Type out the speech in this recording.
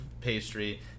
pastry